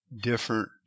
different